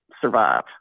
survive